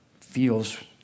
feels